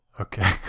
okay